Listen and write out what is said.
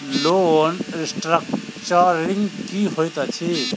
Loan restructuring की होइत अछि?